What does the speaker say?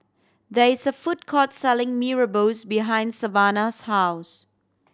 there is a food court selling Mee Rebus behind Savannah's house